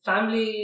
Family